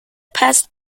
passed